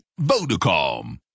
Vodacom